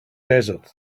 desert